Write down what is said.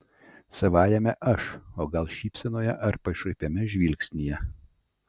savajame aš o gal šypsenoje ar pašaipiame žvilgsnyje